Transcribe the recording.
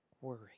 worry